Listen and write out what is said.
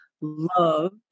love